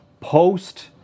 post